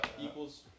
equals